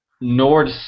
Nord